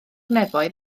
nefoedd